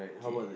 okay